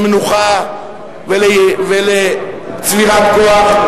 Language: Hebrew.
למנוחה ולצבירת כוח,